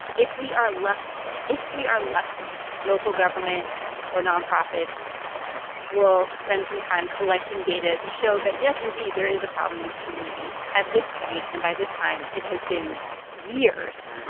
if we are lucky, if we are lucky, local government or nonprofits will spend some time collecting data to show that, yes, indeed, there is a problem in this community. at this point and by this time, it has been years.